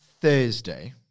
Thursday